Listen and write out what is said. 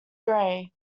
gray